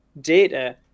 data